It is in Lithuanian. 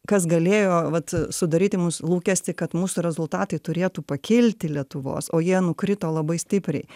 kas galėjo vat sudaryti mums lūkestį kad mūsų rezultatai turėtų pakilti lietuvos o jie nukrito labai stipriai